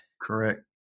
Correct